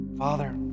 Father